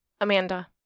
Amanda